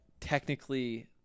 technically